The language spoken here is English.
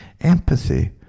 empathy